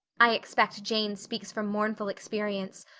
i expect jane speaks from mournful experience,